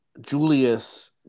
Julius